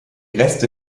reste